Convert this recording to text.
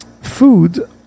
food